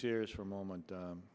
serious for a moment